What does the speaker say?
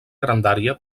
grandària